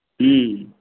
হুম